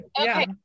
okay